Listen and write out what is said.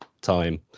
time